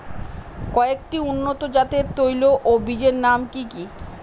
কয়েকটি উন্নত জাতের তৈল ও বীজের নাম কি কি?